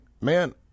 man